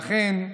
ואכן,